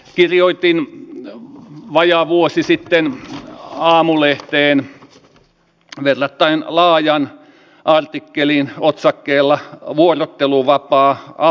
kirjoitin vajaa vuosi sitten aamulehteen verrattain laajan artikkelin otsakkeella vuorotteluvapaa apuna työn jakamisessa